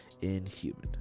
inhuman